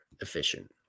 efficient